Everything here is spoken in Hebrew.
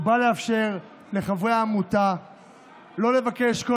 הוא בא לאפשר לחברי העמותה לא לבקש כל